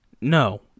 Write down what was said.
No